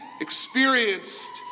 experienced